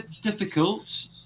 difficult